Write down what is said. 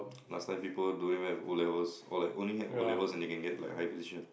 last time people doing well in O-levels or like only have O-levels and they can get like high position